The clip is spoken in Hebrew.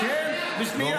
כן, ושנייה.